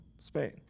Spain